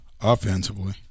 offensively